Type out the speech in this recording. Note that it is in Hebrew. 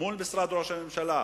מול משרד ראש הממשלה.